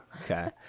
okay